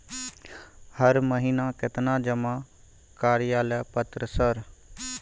हर महीना केतना जमा कार्यालय पत्र सर?